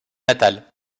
natale